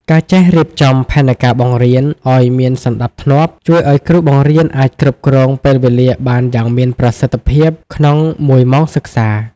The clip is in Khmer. ការចេះរៀបចំផែនការបង្រៀន ឱ្យមានសណ្តាប់ធ្នាប់ ជួយឱ្យគ្រូបង្រៀនអាចគ្រប់គ្រងពេលវេលាបានយ៉ាងមានប្រសិទ្ធភាពក្នុងមួយម៉ោងសិក្សា។